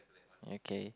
okay